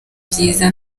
byiza